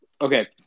okay